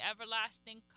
everlasting